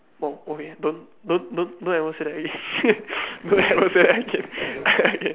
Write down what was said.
orh okay don't don't don't at all say that already don't every say that again